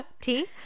Tea